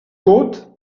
côte